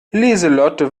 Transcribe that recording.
lieselotte